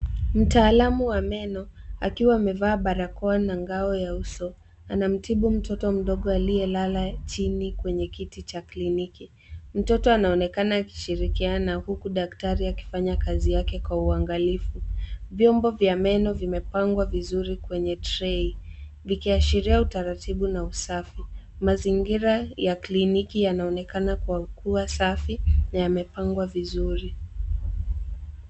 Mtaalamu wa meno akiwa amevaa barakoa na ngao ya uso anamtibu mtoto mdogo aliye lala chini kwenye kiti cha kliniki. Mtoto anaonekana akishirikiana huku daktari akifanya kazi yake kwa uangalifu. Vyombo vya meno vimepangwa vizuri kwenye trei vikiashiria utaratibu na usafi. Mazingira ya kliniki yanaonekana kwa kuwa safi na yamepangwa vizuri.